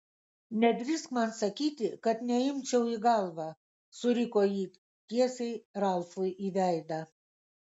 nedrįsk man sakyti kad neimčiau į galvą suriko ji tiesiai ralfui į veidą